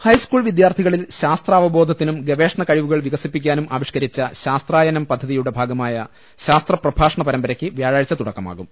high school വിദ്യാർത്ഥികളിൽ ശാസ്ത്രാവബോധത്തിനും ഗവേഷണ കഴിവുകൾ വികസിപ്പിക്കാനും ആവിഷ്കരിച്ച ശാസ്ത്രായനം പദ്ധതിയുടെ ഭാഗമായ ശാസ്ത്രപ്രഭാഷണ പര മ്പരയ്ക്ക് വ്യാഴാഴ്ച തുടക്കമാകും